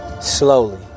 Slowly